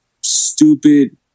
stupid